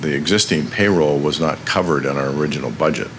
e existing payroll was not covered on our original budget